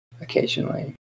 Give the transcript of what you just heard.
occasionally